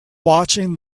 watching